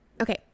Okay